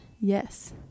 Yes